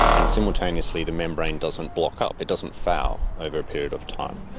and simultaneously the membrane doesn't block up, it doesn't foul over a period of time.